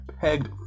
pegged